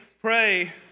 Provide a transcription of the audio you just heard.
pray